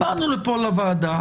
באנו לפה לוועדה,